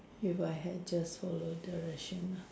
if I had just followed directions